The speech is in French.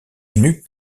n’eût